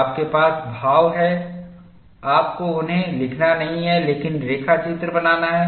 आपके पास भाव हैं आपको उन्हें लिखना नहीं है लेकिन रेखाचित्रबनाना है